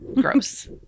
Gross